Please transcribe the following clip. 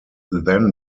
then